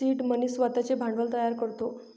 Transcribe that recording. seed money स्वतःचे भांडवल तयार करतो